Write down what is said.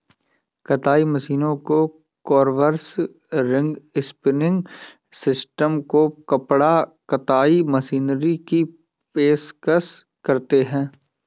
कताई मशीनों को कॉम्बर्स, रिंग स्पिनिंग सिस्टम को कपड़ा कताई मशीनरी की पेशकश करते हैं